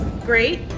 great